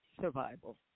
survival